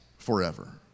Forever